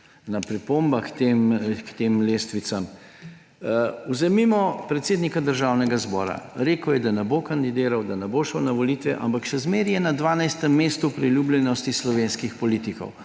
ena pripomba k tem lestvicam. Vzemimo predsednika Državnega zbora. Rekel je, da ne bo kandidiral, da ne bo šel na volitve, ampak še zmeraj je na 12. mestu priljubljenosti slovenskih politikov.